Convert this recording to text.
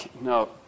no